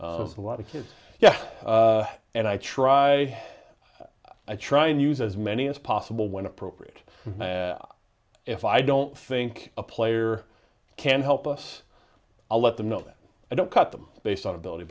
logic is yeah and i try i try and use as many as possible when appropriate if i don't think a player can help us i'll let them know that i don't cut them based on ability